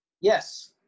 Yes